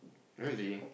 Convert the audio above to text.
really